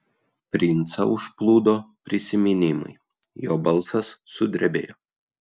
princą užplūdo prisiminimai jo balsas sudrebėjo